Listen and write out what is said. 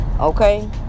okay